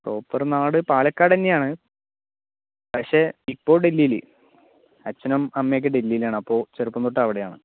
proper നാട് പാലക്കാട് തന്നെയാണ് പക്ഷെ ഇപ്പോൾ ഡൽഹിയിൽ അച്ഛനും അമ്മയുമൊക്കെ ഡൽഹിയിലാണ് അപ്പോൾ ചെറുപ്പം തൊട്ട് അവിടെയാണ്